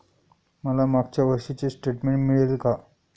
मला मागच्या वर्षीचे स्टेटमेंट मिळेल का?